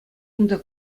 унта